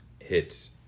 hits